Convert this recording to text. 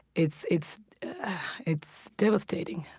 it's, it's it's devastating.